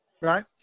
Right